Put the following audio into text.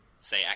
say